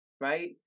right